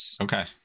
okay